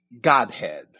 Godhead